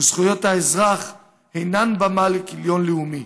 וזכויות האזרח אינן במה לכיליון לאומי,